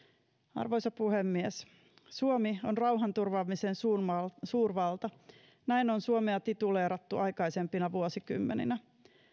arvoisa puhemies suomi on rauhanturvaamisen suurvalta näin on suomea tituleerattu aikaisempina vuosikymmeninä